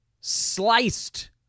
sliced